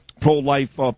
pro-life